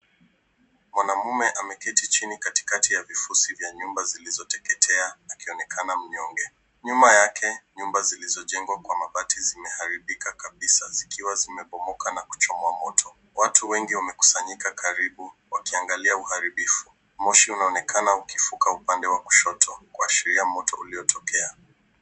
Mwanamume ameketi chini katikati ya vifusi vya nyumba zilizoteketea, akionekana mnyonge. Nyuma yake, nyumba zilizojengwa kwa mabati zimeharibika kabisa, zikiwa zimebomoka na kuchomwa moto. Watu wengi wamekusanyika karibu wakiangalia uharibifu. Moshi unaonekana ukivuka upande wa kushoto, kuashiria moto uliotokea.